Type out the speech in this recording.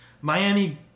Miami